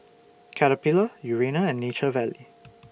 Caterpillar Urana and Nature Valley